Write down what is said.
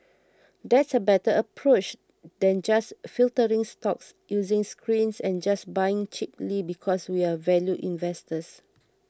that's a better approach than just filtering stocks using screens and just buying cheaply because we're value investors